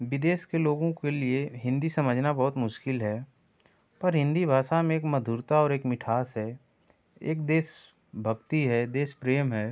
विदेश के लोगों के लिए हिन्दी समझना बहुत मुश्किल है पर हिन्दी भाषा में एक मधुरता और एक मिठास है एक देशभक्ति है देश प्रेम है